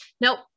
Nope